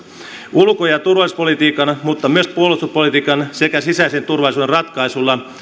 ulko ja turvallisuuspolitiikan mutta myös puolustuspolitiikan sekä sisäisen turvallisuuden ratkaisuilla